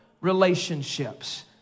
relationships